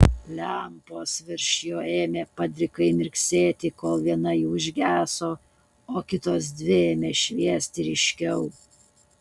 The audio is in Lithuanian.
lempos virš jo ėmė padrikai mirksėti kol viena jų užgeso o kitos dvi ėmė šviesti ryškiau